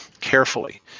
carefully